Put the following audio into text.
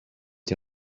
die